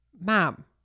mom